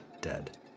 dead